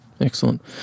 Excellent